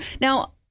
now